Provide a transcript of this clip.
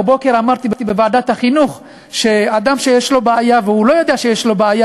בבוקר אמרתי בוועדת החינוך שאדם שיש לו בעיה והוא לא יודע שיש לו בעיה,